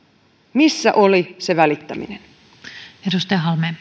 missä oli se välittäminen arvoisa